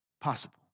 possible